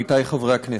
עמיתי חברי הכנסת,